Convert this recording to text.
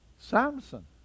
Samson